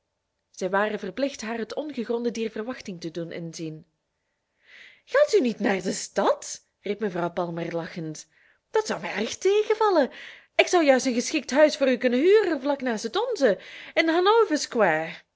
zij waren verplicht haar het ongegronde dier verwachting te doen inzien gaat u niet naar de stad riep mevrouw palmer lachend dat zou mij erg tegenvallen ik zou juist een geschikt huis voor u kunnen huren vlak naast het onze in hanover square